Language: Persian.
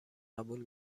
قبول